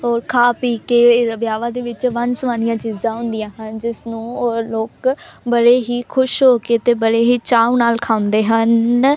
ਔਰ ਖਾ ਪੀ ਕੇ ਵਿਆਹਾਂ ਦੇ ਵਿੱਚ ਵੰਨ ਸੁਵੰਨੀਆਂ ਚੀਜ਼ਾਂ ਹੁੰਦੀਆਂ ਹਨ ਜਿਸ ਨੂੰ ਉਹ ਲੋਕ ਬੜੇ ਹੀ ਖੁਸ਼ ਹੋ ਕੇ ਅਤੇ ਬੜੇ ਹੀ ਚਾਅ ਨਾਲ ਖਾਂਦੇ ਹਨ